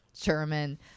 German